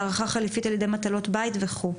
הערכה חליפית על ידי מטלות בית וכולי.